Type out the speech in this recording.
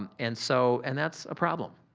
um and so and that's a problem.